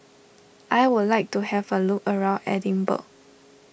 I would like to have a look around Edinburgh